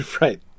Right